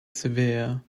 severe